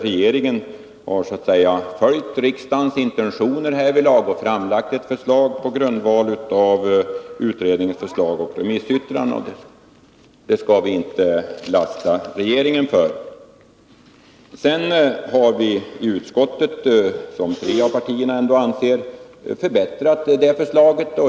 Regeringen har följt riksdagens intentioner härvidlag och framlagt ett förslag på grundval av utredningsförslag och remissyttranden. Och det skall vi inte lasta regeringen Sedan har vi i utskottet — anser ändå tre av partierna — förbättrat förslaget.